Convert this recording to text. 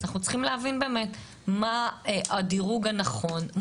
אנחנו צריכים להבין באמת מה הדירוג הנכון,